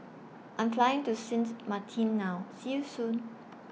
I Am Flying to Sint Maarten now See YOU Soon